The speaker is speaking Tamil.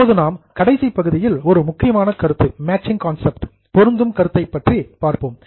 இப்போது நாம் கடைசிப் பகுதியில் முக்கியமான ஒரு கருத்து மேட்சிங் கான்செப்ட் பொருந்தும் கருத்தைப் பற்றி பார்ப்போம்